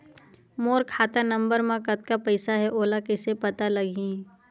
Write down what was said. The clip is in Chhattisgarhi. मोर खाता नंबर मा कतका पईसा हे ओला कइसे पता लगी?